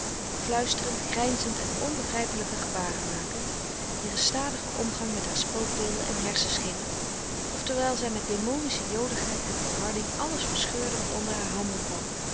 fluisterend grijnzend en onbegrijpelijke gebaren makend in gestadigen omgang met haar spookbeelden en hersenschimmen of terwijl zij met demonische joligheid en volharding alles verscheurde wat onder haar handen kwam